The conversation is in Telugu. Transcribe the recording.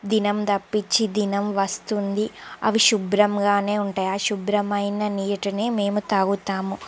దినం తప్పించి దినం వస్తుంది అవి శుభ్రంగానే ఉంటాయి ఆ శుభ్రమైన నీటిని మేము తాగుతాము